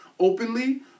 openly